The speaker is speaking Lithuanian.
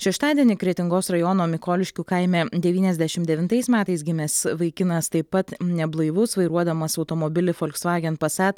šeštadienį kretingos rajono mikoliškių kaime devyniasdešimt devintais metais gimęs vaikinas taip pat neblaivus vairuodamas automobilį folksvagen pasat